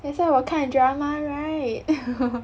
that's why 我看 drama right